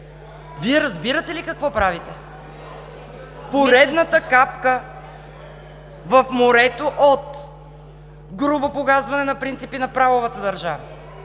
Вие разбирате ли какво правите?! Поредната капка в морето от грубо погазване на принципите на правовата държава,